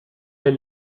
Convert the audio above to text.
est